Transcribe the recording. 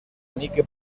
mike